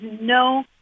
no